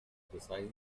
precise